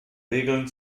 regeln